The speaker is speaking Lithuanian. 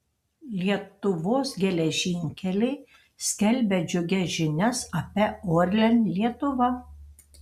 lietuvos geležinkeliai skelbia džiugias žinias apie orlen lietuva